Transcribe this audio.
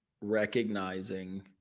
recognizing